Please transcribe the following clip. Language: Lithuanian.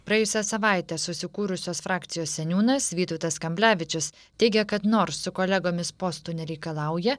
praėjusią savaitę susikūrusios frakcijos seniūnas vytautas kamblevičius teigė kad nors su kolegomis postų nereikalauja